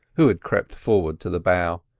who had crept forward to the bow.